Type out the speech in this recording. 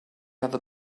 other